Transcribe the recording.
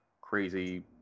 crazy